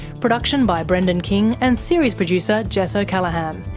production by brendan king and series producer jess o'callaghan,